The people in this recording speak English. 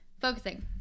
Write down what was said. Focusing